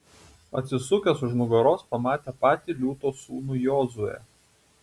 atsisukęs už nugaros pamatė patį liūto sūnų jozuę